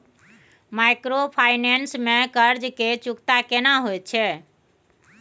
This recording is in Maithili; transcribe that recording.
माइक्रोफाइनेंस में कर्ज के चुकता केना होयत छै?